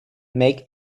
make